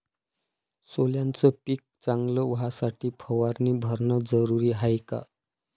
सोल्याचं पिक चांगलं व्हासाठी फवारणी भरनं जरुरी हाये का?